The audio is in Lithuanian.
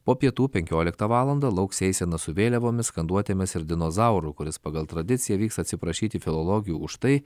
po pietų penkioliktą valandą lauks eisena su vėliavomis skanduotėmis ir dinozauru kuris pagal tradiciją vyks atsiprašyti filologių už tai